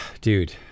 dude